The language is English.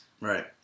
Right